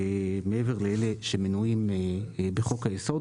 מעבר לאלה שמנויים בחוק היסוד,